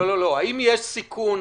האם יש סיכון